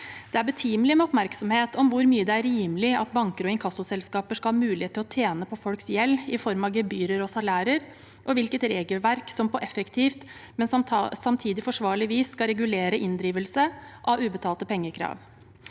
Det er betimelig med oppmerksomhet om hvor mye det er rimelig at banker og inkassoselskaper skal ha mulighet til å tjene på folks gjeld i form av gebyrer og salærer, og om hvilket regelverk som på effektivt og samtidig forsvarlig vis skal regulere inndrivelse av ubetalte pengekrav.